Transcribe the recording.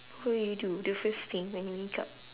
what would you do the first thing when you wake up